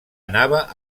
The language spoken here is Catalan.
anava